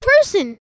person